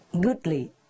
goodly